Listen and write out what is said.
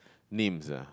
names ah